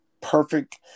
perfect –